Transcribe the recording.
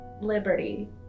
liberty